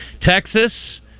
Texas